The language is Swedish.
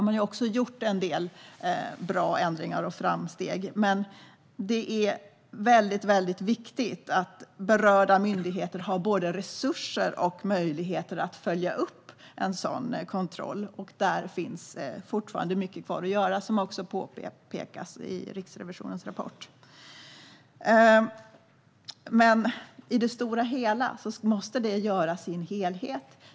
Man har gjort en del bra ändringar och framsteg, men det är viktigt att berörda myndigheter har både resurser och möjligheter att följa upp en sådan kontroll. Där finns fortfarande mycket kvar att göra, vilket också påpekas i Riksrevisionens rapport. Men i det stora hela måste det göras i en helhet.